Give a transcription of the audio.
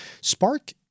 Spark